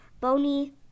bony